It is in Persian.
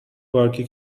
پارکی